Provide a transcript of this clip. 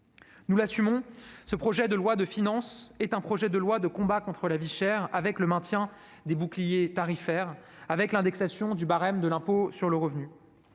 Nous l'assumons : ce projet de loi de finances est un texte de combat contre la vie chère, qui prévoit le maintien des boucliers tarifaires et l'indexation du barème de l'impôt sur le revenu.